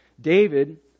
david